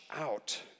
out